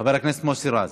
חבר הכנסת מוסי רז,